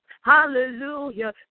hallelujah